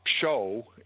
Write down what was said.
show